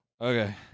Okay